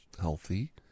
healthy